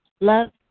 Love